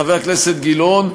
חבר הכנסת גילאון,